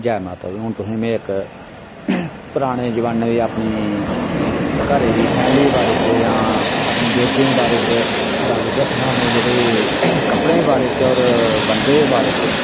जै माता दी हून तुसें में इक पराने जमान्ने दी अपनी घरै दी फैमली दे बारे च जां अपने बजुर्गें दे बारे च गल्ल दस्सना में जेह्ड़े कपड़े दे बारे च होर बन्धे दे बारे च